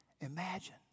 imagine